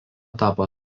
tapo